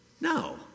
No